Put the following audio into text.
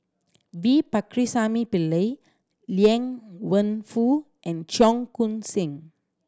V Pakirisamy Pillai Liang Wenfu and Cheong Koon Seng